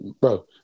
bro